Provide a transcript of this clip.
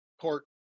court